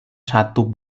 satu